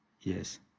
Yes